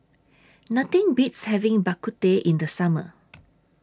Nothing Beats having Bak Kut Teh in The Summer